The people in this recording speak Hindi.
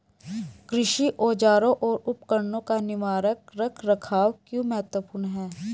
कृषि औजारों और उपकरणों का निवारक रख रखाव क्यों महत्वपूर्ण है?